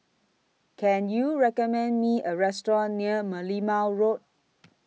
Can YOU recommend Me A Restaurant near Merlimau Road